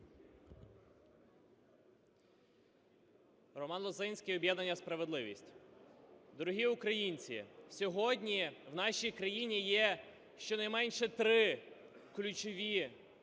Роман Лозинський, об'єднання "Справедливість". Дорогі українці, сьогодні у нашій країні є щонайменше три ключові